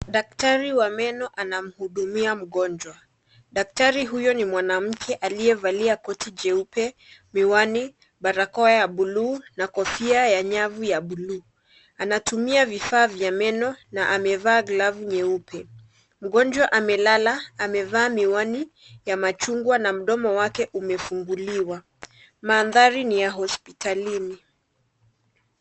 Daktari wa meno anamhudumia mgonjwa. Daktari huyo ni mwanamke aliyevalia koti jeupe, miwani, barakoa ya buluu na kofia ya nyavu ya buluu. Anatumia vifaa vya meno na amevaa glovu nyeupe. Mgonjwa amelala. Amevaa miwani ya machungwa na mdomo wake umefunguliwa. Mandhari ni ya hospitalini.